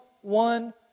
one